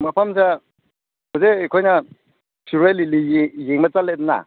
ꯃꯐꯝꯁꯦ ꯍꯧꯖꯤꯛ ꯑꯩꯈꯣꯏꯅ ꯁꯤꯔꯣꯏ ꯂꯤꯂꯤ ꯌꯦꯡꯕ ꯆꯠꯂꯦꯗꯅ